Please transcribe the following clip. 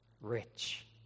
rich